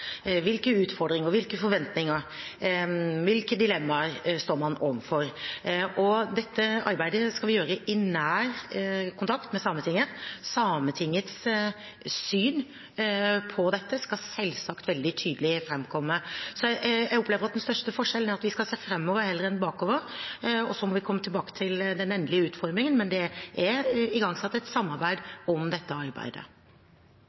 Hvilke utfordringer, hvilke forventninger og hvilke dilemmaer står man overfor? Dette arbeidet skal vi gjøre i nær kontakt med Sametinget. Sametingets syn på dette skal selvsagt framkomme veldig tydelig. Jeg opplever at den største forskjellen er at vi skal se framover heller enn bakover. Så må vi komme tilbake til den endelige utformingen, men det er igangsatt et